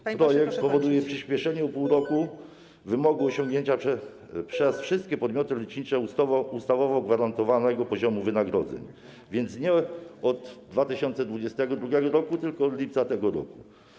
Ponadto projekt powoduje przyspieszenie o pół roku wymogu osiągnięcia przez wszystkie podmioty lecznicze ustawowo gwarantowanego poziomu wynagrodzeń, więc nie od 2022 r., tylko od lipca tego roku.